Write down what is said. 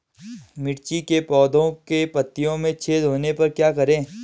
मिर्ची के पौधों के पत्तियों में छेद होने पर क्या करें?